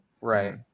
Right